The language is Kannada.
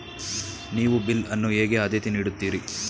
ನೀವು ಬಿಲ್ ಅನ್ನು ಹೇಗೆ ಆದ್ಯತೆ ನೀಡುತ್ತೀರಿ?